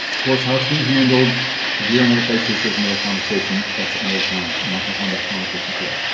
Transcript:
course how it's being handled here another place. this is another conversation. that's another time. i'm not gonna have that conversation today